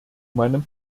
meinem